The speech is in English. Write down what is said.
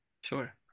Sure